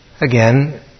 Again